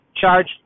charge